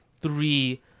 three